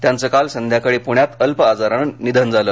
त्याचं काल संध्याकाळी पुण्यात अल्प आजारान निधन झालं